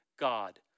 God